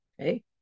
Okay